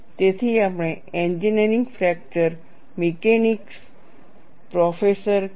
તેથી આપણે engineering fracture mechanics professor કે